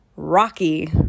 rocky